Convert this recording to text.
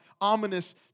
ominous